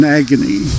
agony